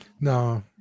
No